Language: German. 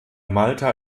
malta